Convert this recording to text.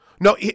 No